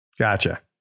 Gotcha